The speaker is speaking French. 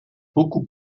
beaucoup